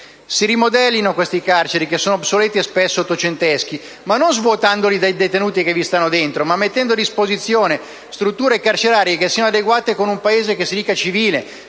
Si rimodellino queste carceri, che sono obsolete e spesso ottocentesche, ma non svuotandole dei detenuti che sono al loro interno, bensì mettendo a disposizione strutture carcerarie adeguate ad un Paese che si dice civile.